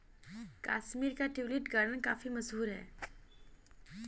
कश्मीर का tulip garden काफी मशहूर है